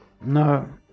No